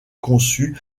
conçus